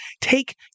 take